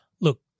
Look